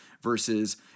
versus